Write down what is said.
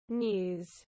news